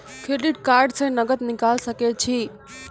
Credit card से नगद निकाल सके छी?